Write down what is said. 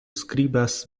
skribas